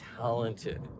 talented